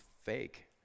fake